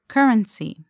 Currency